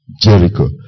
Jericho